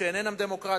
שהן אינן דמוקרטיות,